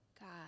God